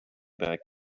back